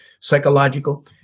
psychological